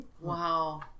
Wow